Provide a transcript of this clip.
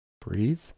breathe